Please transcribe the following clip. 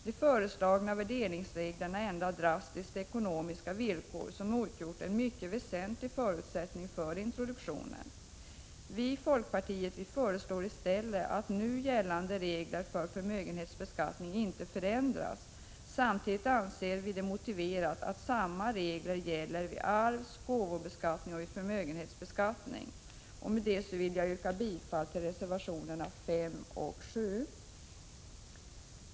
De föreslagna värderingsreglerna ändrar drastiskt de ekonomiska villkor som utgjort en mycket väsentlig förutsättning för introduktionen. Vi i folkpartiet föreslår i stället att nu gällande regler för förmögenhetsbeskattningen inte förändras. Samtidigt anser vi det motiverat att samma regler gäller vid arvsoch gåvobeskattningen som vid förmögenhetsbeskattningen. Jag yrkar bifall till reservationerna 5 och 7.